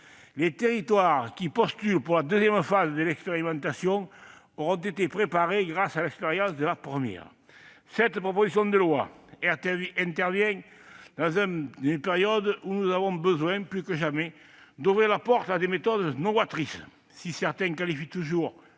Les territoires qui postulent pour la seconde phase de l'expérimentation auront été préparés grâce à l'expérience qu'ils auront tirée de la première phase. Cette proposition de loi intervient dans une période où nous avons plus que jamais besoin d'ouvrir la porte à des méthodes novatrices. Certains qualifient toujours